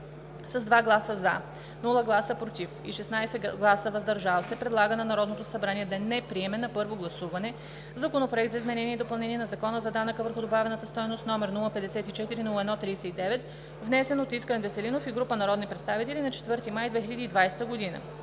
с 2 гласа „за“, без „против“ и 16 гласа „въздържал се“ предлага на Народното събрание да не приеме на първо гласуване Законопроект за изменение и допълнение на Закона за данък върху добавената стойност, № 054-01-39, внесен от Искрен Веселинов и група народни представители на 4 май 2020 г.;